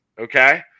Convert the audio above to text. okay